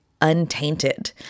untainted